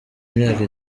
myaka